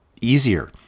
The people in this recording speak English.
easier